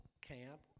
camp